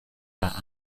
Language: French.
état